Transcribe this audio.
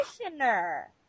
conditioner